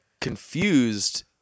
confused